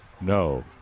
No